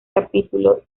capítulo